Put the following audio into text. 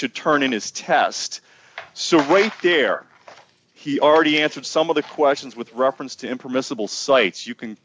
should turn in his tests so wait there he already answered some of the questions with reference to him permissible sites you can